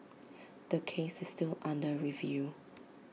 the case is still under review